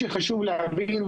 חשוב להבין,